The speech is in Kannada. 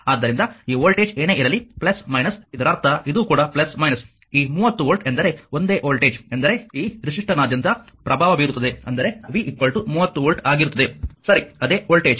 ಆದ್ದರಿಂದ ಈ ವೋಲ್ಟೇಜ್ ಏನೇ ಇರಲಿ ಇದರರ್ಥ ಇದು ಕೂಡ ಈ 30 ವೋಲ್ಟ್ ಎಂದರೆ ಒಂದೇ ವೋಲ್ಟೇಜ್ ಎಂದರೆ ಈ ರೆಸಿಸ್ಟರ್ನಾದ್ಯಂತ ಪ್ರಭಾವ ಬೀರುತ್ತದೆ ಅಂದರೆ V 30 ವೋಲ್ಟ್ ಆಗಿರುತ್ತದೆ ಸರಿ ಅದೇ ವೋಲ್ಟೇಜ್